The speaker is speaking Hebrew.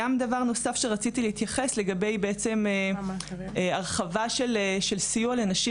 דבר נוסף שרציתי להתייחס אליו הוא הרחבה של סיוע לנשים